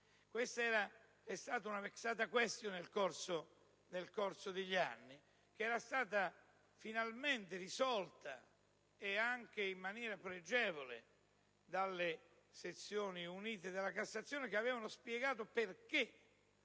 Questa è stata una *vexata* *quaestio* nel corso degli anni, finalmente risolta anche in maniera pregevole dalle sezioni unite della Cassazione, che avevano spiegato perché